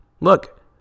look